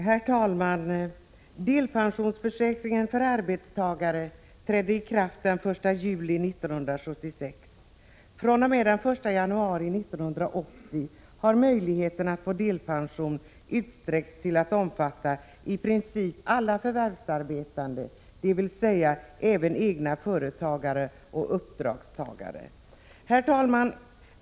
Herr talman! Delpensionsförsäkringen för arbetstagare trädde i kraft den 1 juli 1976. fr.o.m. den 1 januari 1980 har möjligheterna att få delpension utsträckts till att omfatta i princip alla förvärvsarbetande, dvs. även egna företagare och uppdragstagare. Herr talman!